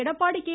Edappadi K